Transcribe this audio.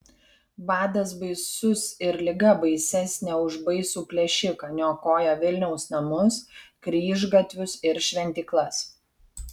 badas baisus ir liga baisesnė už baisų plėšiką niokoja vilniaus namus kryžgatvius ir šventyklas